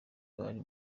bari